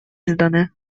изданы